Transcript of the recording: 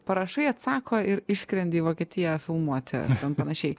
parašai atsako ir išskrendi į vokietiją filmuoti panašiai